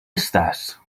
estàs